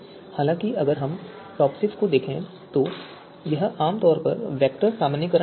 हालाँकि अगर हम टॉपसिस को देखें तो यह आमतौर पर वेक्टर सामान्यीकरण होता है